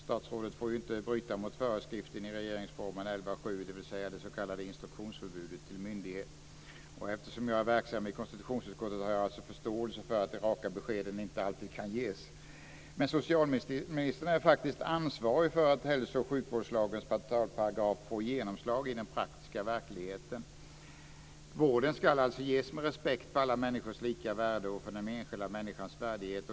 Statsrådet får ju inte bryta mot föreskriften i 11 kap. 7 § regeringsformen, det s.k. instruktionsförbudet till myndighet. Eftersom jag är verksam i konstitutionsutskottet har jag förståelse för att de raka beskeden inte alltid kan ges. Men socialministern är faktiskt ansvarig för att hälso och sjukvårdslagens portalparagraf får genomslag i den praktiska verkligheten. Vård ska alltså ges med respekt för alla människors lika värde och för den enskilda människans värdighet.